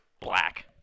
black